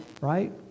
right